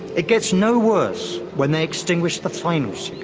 it gets no worse when they extinguish the flame.